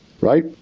Right